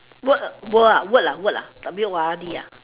what world ah word ah word W O R D ah